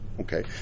Okay